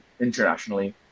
internationally